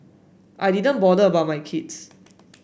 I didn't bother about my kids